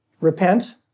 Repent